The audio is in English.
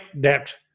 debt